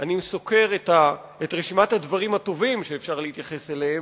כשאני סוקר את רשימת הדברים הטובים שאפשר להתייחס אליהם,